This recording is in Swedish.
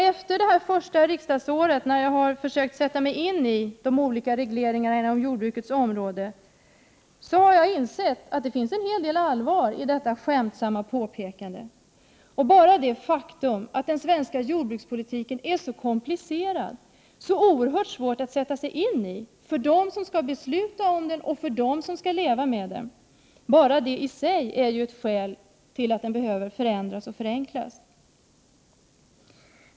Efter mitt första riksdagsår, när jag har försökt att sätta mig in i de olika regleringarna inom jordbrukets område, har jag insett att det finns en hel del allvar i detta skämtsamma påpekande. Bara det faktum att den svenska jordbrukspolitiken är så komplicerad, så svår att sätta sig in i, för dem som skall besluta om den och för dem som skall leva med den, är i sig ett skäl till att förändra och förenkla den.